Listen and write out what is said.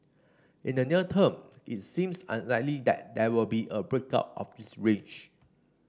in the near term it seems unlikely that there will be a break out of this range